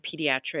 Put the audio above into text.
pediatric